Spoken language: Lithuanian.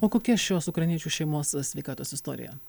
o kokia šios ukrainiečių šeimos sveikatos istorija